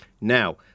Now